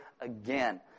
again